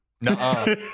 No